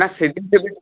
না